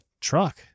truck